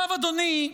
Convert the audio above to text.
אדוני,